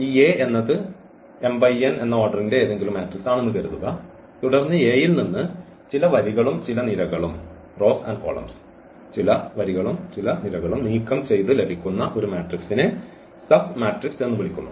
ഈ A എന്നത് m × n എന്ന ഓർഡർന്റെ ഏതെങ്കിലും മാട്രിക്സ് ആണെന്ന് കരുതുക തുടർന്ന് A ൽ നിന്ന് ചില വരികളും ചില നിരകളും നീക്കംചെയ്തു ലഭിക്കുന്ന ഒരു മാട്രിക്സിനെ സബ്മാട്രിക്സ് എന്ന് വിളിക്കുന്നു